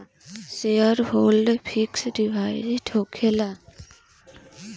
Shareholder fix deposit का होखे ला?